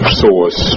source